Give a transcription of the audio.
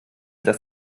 dass